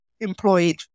employed